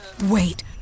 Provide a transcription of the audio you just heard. Wait